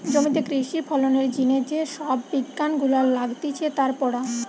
জমিতে কৃষি ফলনের জিনে যে সব বিজ্ঞান গুলা লাগতিছে তার পড়া